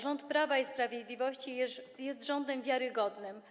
Rząd Prawa i Sprawiedliwości jest rządem wiarygodnym.